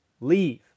leave